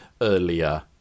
earlier